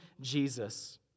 Jesus